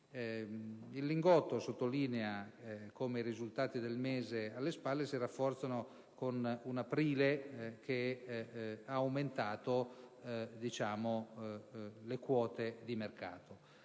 Il Lingotto sottolinea come i risultati del mese alle spalle si rafforzino, con un aprile che ha aumentato le quote di mercato.